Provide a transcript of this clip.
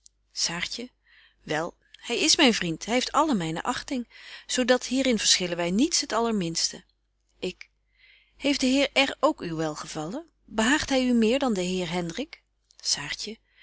saartje wel hy is myn vriend hy heeft alle myne achting zo dat hierin verschillen wy niets het allerminste ik heeft de heer r ook uw welgevallen behaagt hy u meer dan de heer hendrik